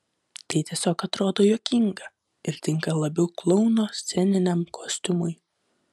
tai tiesiog atrodo juokinga ir tinka labiau klouno sceniniam kostiumui